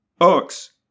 Ox